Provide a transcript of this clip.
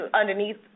underneath